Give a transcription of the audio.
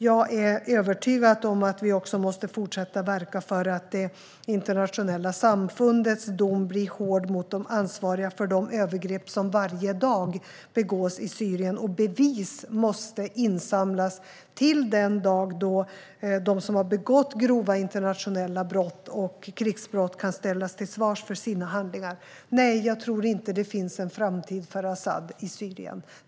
Jag är övertygad om att vi måste fortsätta att verka för att det internationella samfundets dom ska bli hård mot dem som är ansvariga för de övergrepp som varje dag begås i Syrien. Bevis måste insamlas till den dag då de som har begått grova internationella brott och krigsbrott kan ställas till svars för sina handlingar. Nej, jag tror inte att det finns någon framtid för Asad i Syrien.